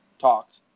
talked